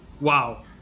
wow